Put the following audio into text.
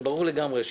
זה ברור לגמרי.